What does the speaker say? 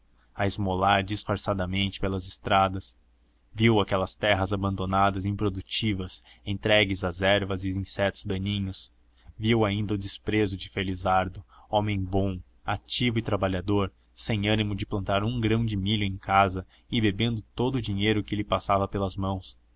a esmolar disfarçadamente pelas estradas viu aquelas terras abandonadas improdutivas entregues às ervas e insetos daninhos viu ainda o desespero de felizardo homem bom ativo e trabalhador sem ânimo de plantar um grão de milho em casa e bebendo todo o dinheiro que lhe passava pelas mãos